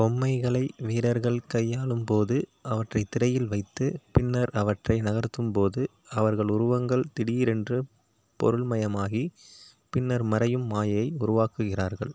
பொம்மைகளை வீரர்கள் கையாளும்போது அவற்றை திரையில் வைத்து பின்னர் அவற்றை நகர்த்தும்போது அவர்கள் உருவங்கள் திடீரென்று பொருள்மயமாகி பின்னர் மறையும் மாயை உருவாக்குகிறார்கள்